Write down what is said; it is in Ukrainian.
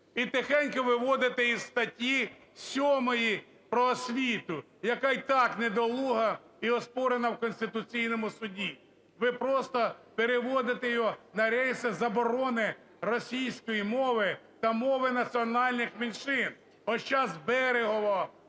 і тихенько виводите із статті 7 про освіту, яка й так недолуга і оспорена в Конституційному Суді. Ви просто переводите його на рейки заборони російської мови та мов національних меншин. От зараз в Берегово,